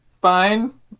fine